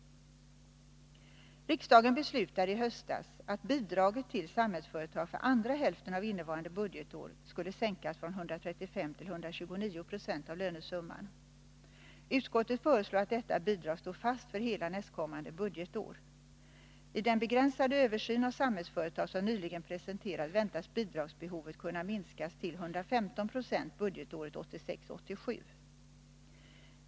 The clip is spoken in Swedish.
Riksdagen beslutade i höstas att bidraget till Samhällsföretag för andra hälften av innevarande budgetår skall sänkas från 135 till 129 26 av lönesumman. Utskottet föreslår att detta bidrag står fast för hela nästkommande budgetår. I den begränsade översyn av Samhällsföretag som nyligen presenterades väntas bidragsbehovet kunna minskas till 115 90 budgetåret 1986/87.